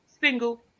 single